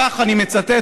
אני מצטט,